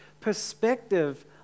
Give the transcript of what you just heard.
perspective